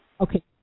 Okay